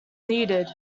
needed